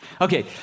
Okay